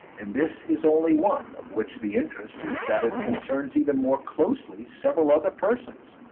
and this is only one, of which the interest is that it concerns even more closely several other persons.